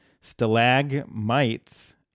stalagmites